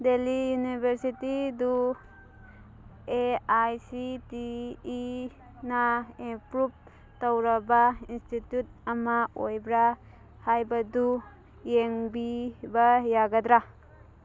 daily ꯌꯨꯅꯤꯚꯔꯁꯤꯇꯤꯗꯨ A I C T E ꯅ approve ꯇꯧꯔꯕ ꯏꯟꯁꯇꯤꯇ꯭ꯌꯨꯠ ꯑꯃ ꯑꯣꯏꯕ꯭ꯔꯥ ꯍꯥꯏꯕꯗꯨ ꯌꯦꯡꯕꯤꯕ ꯌꯥꯒꯗ꯭ꯔꯥ